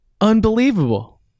Unbelievable